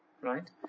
Right